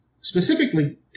specifically